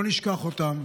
לא נשכח אותם,